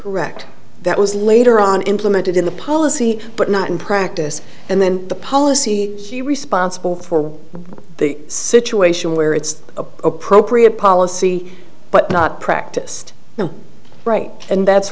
correct that was later on implemented in the policy but not in practice and then the policy hew responsible for the situation where it's appropriate policy but not practiced right and that's